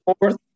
fourth